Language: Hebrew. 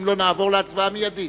אם לא יגיע, נעבור להצבעה מיידית.